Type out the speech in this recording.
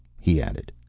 he added.